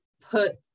put